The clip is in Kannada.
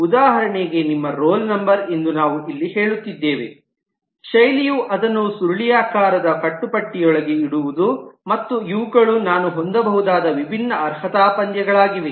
ಉದಾಹರಣೆಗೆ ನಿಮ್ಮ ರೋಲ್ ನಂಬರ್ ಎಂದು ನಾವು ಇಲ್ಲಿ ಹೇಳುತ್ತಿದ್ದೇವೆ ಶೈಲಿಯು ಅದನ್ನು ಸುರುಳಿಯಾಕಾರದ ಕಟ್ಟುಪಟ್ಟಿಯೊಳಗೆ ಇಡುವುದು ಮತ್ತು ಇವುಗಳು ನಾನು ಹೊಂದಬಹುದಾದ ವಿಭಿನ್ನ ಅರ್ಹತಾ ಪಂದ್ಯಗಳಾಗಿವೆ